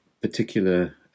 particular